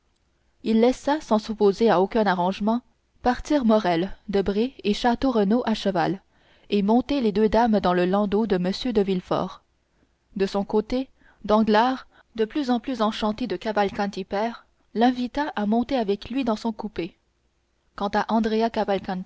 il laissa sans s'opposer à aucun arrangement partir morrel debray et château renaud à cheval et monter les deux dames dans le landau de m de villefort de son côté danglars de plus en plus enchanté de cavalcanti père l'invita à monter avec lui dans son coupé quant à